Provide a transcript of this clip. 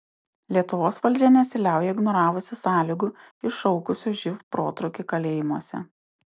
lietuvos valdžia nesiliauja ignoravusi sąlygų iššaukusių živ protrūkį kalėjimuose